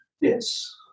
Yes